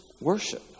worship